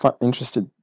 interested